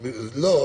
לא.